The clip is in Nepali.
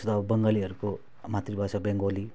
जस्तो अब बङ्गालीहरूको मातृभाषा बङ्गाली